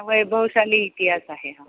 वैभवशाली इतिहास आहे हा